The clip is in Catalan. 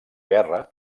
guerra